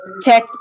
check